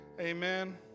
Amen